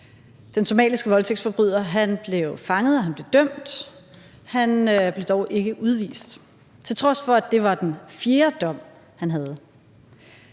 Den somaliske voldtægtsforbryder blev fanget, og han blev dømt. Han blev dog ikke udvist, til trods for at det var den fjerde dom, han fik.